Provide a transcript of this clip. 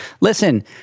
Listen